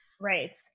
Right